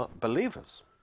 believers